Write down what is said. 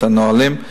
את הנהלים,